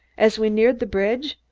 as we neared the bridge,